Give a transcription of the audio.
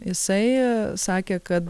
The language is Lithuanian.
jisai sakė kad